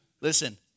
Listen